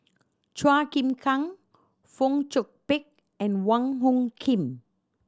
Chua Chim Kang Fong Chong Pik and Wong Hung Khim